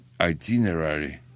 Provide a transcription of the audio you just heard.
itinerary